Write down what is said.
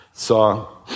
saw